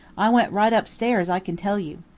i went right up stairs i can tell you.